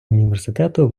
університету